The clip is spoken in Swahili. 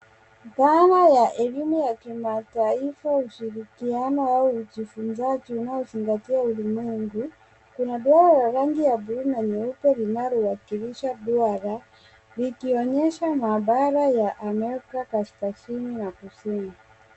Dhana ya elimu ya kimataifa , ushirikiano au ujifunzaji unaozingatia ulimwengu. Kuna duara la rangi ya bluu na nyeupe linalowakilisha duara likionyesha mabara ya Amerika kaskazini na kusini.